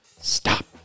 Stop